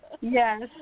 Yes